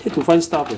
hate to find stuff eh